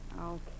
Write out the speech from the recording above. Okay